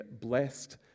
blessed